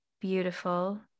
beautiful